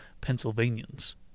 Pennsylvanians